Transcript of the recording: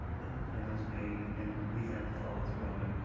that the plan is made and and we have to follow through on it.